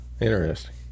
interesting